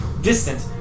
distant